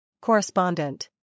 Correspondent